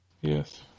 Yes